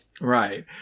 Right